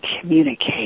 communicate